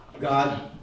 God